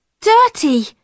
dirty